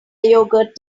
yogurt